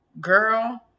girl